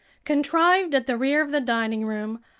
contrived at the rear of the dining room,